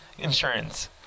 Insurance